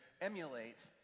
emulate